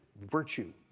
virtue